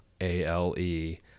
A-L-E